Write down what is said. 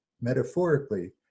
metaphorically